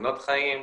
מסכנות חיים,